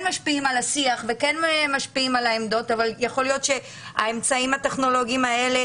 משפיעים על השיח ועל העמדות אבל יכול להיות שהאמצעים הטכנולוגיים האלה